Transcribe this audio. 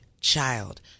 child